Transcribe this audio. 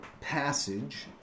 passage